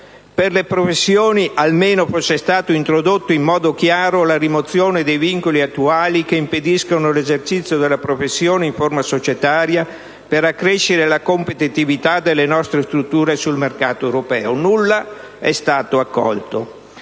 Per le professioni, almeno fosse stata introdotta in modo chiaro la rimozione dei vincoli attuali che impediscono l'esercizio della professione in forma societaria per accrescere la competitività delle nostre strutture sul mercato europeo! Nulla è stato accolto.